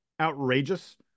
outrageous